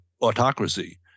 autocracy